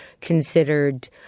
considered